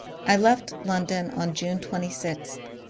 i left london on june twenty six.